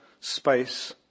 Space